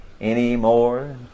anymore